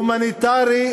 הומניטרי,